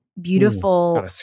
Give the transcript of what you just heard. beautiful